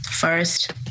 first